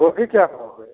गोभी क्या भाव है